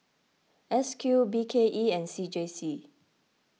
S Q B K E and C J C